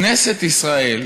כנסת ישראל